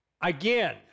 again